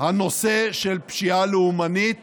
הנושא של פשיעה לאומנית